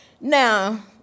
Now